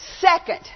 second